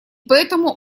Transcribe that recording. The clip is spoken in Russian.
поэтому